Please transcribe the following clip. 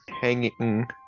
hanging